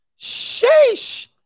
Sheesh